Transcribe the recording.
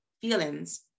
feelings